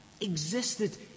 existed